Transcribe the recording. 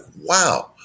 wow